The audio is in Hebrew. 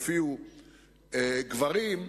הופיעו גברים,